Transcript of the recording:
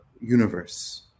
universe